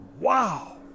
wow